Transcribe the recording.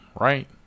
right